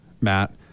Matt